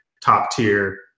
top-tier